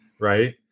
Right